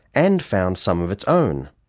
and found some of its own.